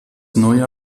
neue